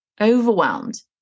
overwhelmed